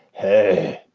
hey,